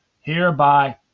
hereby